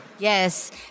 Yes